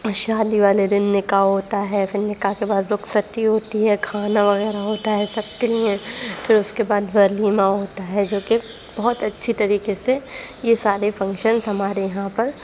شادی والے دن نکاح ہوتا ہے پھر نکاح کے بعد رخصتی ہوتی ہے کھانا وغیرہ ہوتا ہے سب کے لئے پھر اس کے بعد ولیمہ ہوتا ہے جو کہ بہت اچھی طریقے سے یہ سارے فنکشنس ہمارے یہاں پر